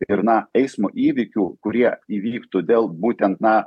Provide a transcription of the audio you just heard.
ir na eismo įvykių kurie įvyktų dėl būtent na